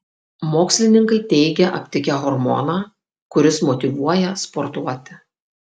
mokslininkai teigia aptikę hormoną kuris motyvuoja sportuoti